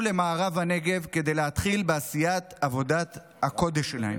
למערב הנגב כדי להתחיל בעשיית עבודת הקודש שלהם,